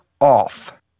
off